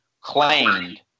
claimed